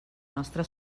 nostra